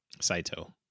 Saito